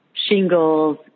Shingles